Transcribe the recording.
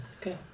Okay